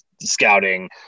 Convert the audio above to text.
scouting